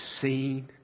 seen